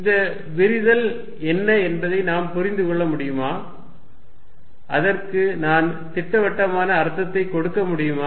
இந்த விரிதல் என்ன என்பதை நாம் புரிந்து கொள்ள முடியுமா அதற்கு நான் திட்டவட்டமான அர்த்தத்தை கொடுக்க முடியுமா